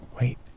Wait